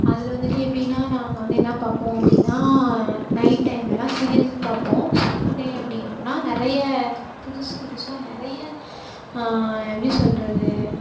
அதில் வந்துட்டு எப்படின்னா நாங்கள் வந்து என்ன பார்ப்போம் அப்படின்னா நைட் டைமில் எல்லாம் சீரியல் பார்ப்போம் சண்டே அப்படின்னா நிறைய புதுசு புதுசாக நிறைய எப்படி சொல்வது